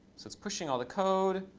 it's it's pushing all the code.